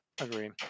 agree